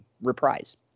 reprise